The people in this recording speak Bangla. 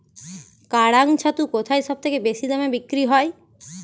কাড়াং ছাতু কোথায় সবথেকে বেশি দামে বিক্রি হয়?